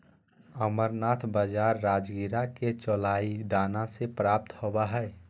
amaranth बाजरा राजगिरा के चौलाई दाना से प्राप्त होबा हइ